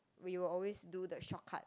we will always do the short cut